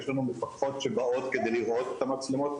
יש לנו מפקחות שבאות כדי לראות את המצלמות,